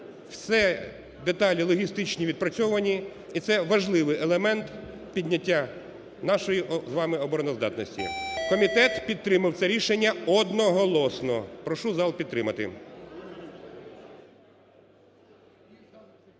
всі деталі логістичні відпрацьовані, і це важливий елемент підняття нашої з вами обороноздатності. Комітет підтримав це рішення одноголосно. Прошу зал підтримати.